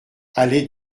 allée